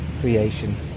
creation